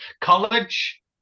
College